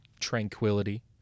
tranquility